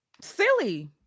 silly